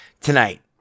tonight